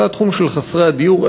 זה התחום של חסרי הדיור,